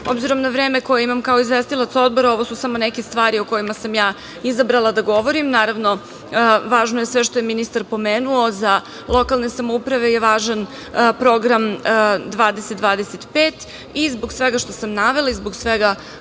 na vreme koje imam kao izvestilac odbora, ovo su samo neke stvari o kojima sam ja izabrala da govorim. Naravno, važno je sve što je ministar pomenuo za lokalne samouprave i važan program 2025.Zbog svega što sam navela i zbog svega